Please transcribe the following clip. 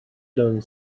don